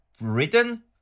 written